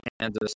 Kansas